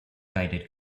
guided